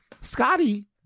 Scotty